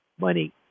money